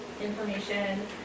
information